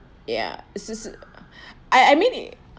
ya it's just I I mean